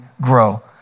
grow